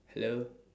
hello